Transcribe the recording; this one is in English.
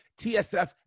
TSF